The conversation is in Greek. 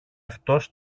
αυτός